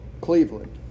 Cleveland